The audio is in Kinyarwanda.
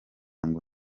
ngo